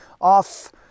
off